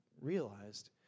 realized